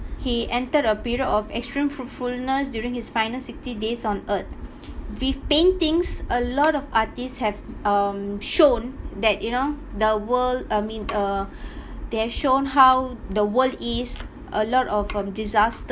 he entered a period of extreme fruitfulness during his final sixty days on earth with paintings a lot of artists have um shown that you know the world I mean uh they are shown how the world is a lot of um disasters